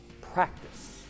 practice